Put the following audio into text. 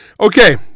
Okay